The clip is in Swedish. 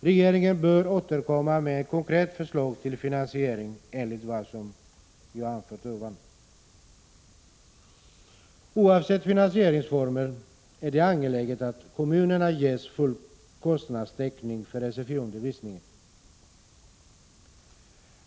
Regeringen bör återkomma med ett konkret förslag till finansiering i enlighet med vad jag här anfört. Oavsett finansieringsformen är det angeläget att kommunerna får full kostnadstäckning när det gäller sfiundervisningen.